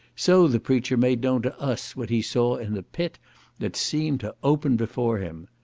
so the preacher made known to us what he saw in the pit that seemed to open before him.